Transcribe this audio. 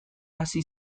hasi